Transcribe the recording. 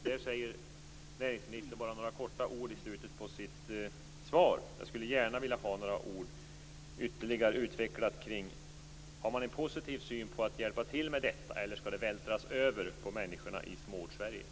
Näringsministern nämner detta bara med några få ord i slutet av sitt svar. Jag skulle gärna vilja att han utvecklade det ytterligare. Har man en positiv syn på att hjälpa till med detta, eller skall det vältras över på människorna i Småortssverige?